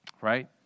Right